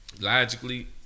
Logically